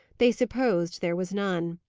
they supposed there was none.